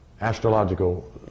astrological